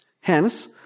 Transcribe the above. Hence